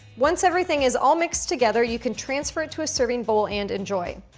once everything is all mixed together, you can transfer it to a serving bowl and enjoy.